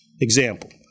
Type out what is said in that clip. Example